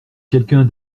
quelqu’un